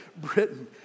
Britain